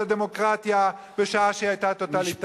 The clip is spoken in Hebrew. הדמוקרטיה בשעה שהיא היתה טוטליטרית.